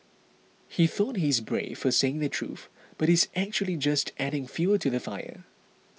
he thought he's brave for saying the truth but he's actually just adding fuel to the fire